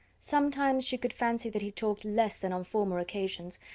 sometimes she could fancy that he talked less than on former occasions,